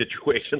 situation